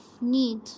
need